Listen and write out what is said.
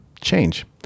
Change